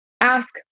ask